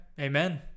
amen